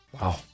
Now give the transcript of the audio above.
Wow